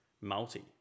Multi